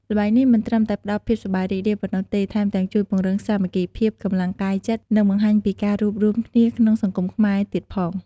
ល្បែងនេះមិនត្រឹមតែផ្តល់ភាពសប្បាយរីករាយប៉ុណ្ណោះទេ ថែមទាំងជួយពង្រឹងសាមគ្គីភាព កម្លាំងកាយចិត្ត និងបង្ហាញពីការរួបរួមគ្នាក្នុងសង្គមខ្មែរទៀតផង។